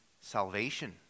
salvation